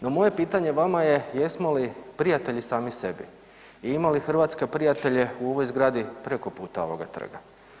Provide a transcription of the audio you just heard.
No moje pitanje vama je jesmo li prijatelji sami sebi i imali li Hrvatska prijatelje u ovoj zgradi preko puta ovoga trga?